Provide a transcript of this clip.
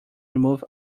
remove